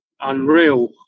unreal